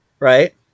Right